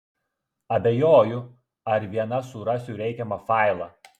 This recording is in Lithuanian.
abejoju ar viena surasiu reikiamą failą